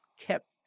kept